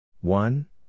One